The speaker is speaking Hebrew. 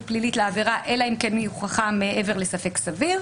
פלילית לעבירה אלא אם כן היא הוכחה מעבר לספק סביר.